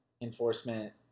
enforcement